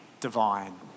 divine